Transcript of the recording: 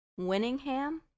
winningham